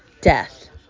death